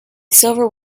silver